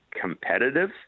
competitive